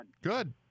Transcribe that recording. Good